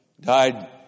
Died